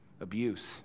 abuse